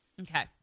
Okay